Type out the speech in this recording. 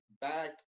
back